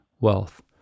wealth